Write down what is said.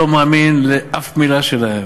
לא מאמין לשום מילה שלהם,